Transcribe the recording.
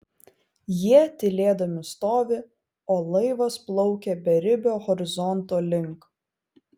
jie tylėdami stovi o laivas plaukia beribio horizonto link